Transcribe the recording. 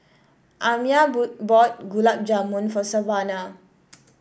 Amiah boot bought Gulab Jamun for Savana